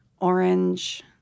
orange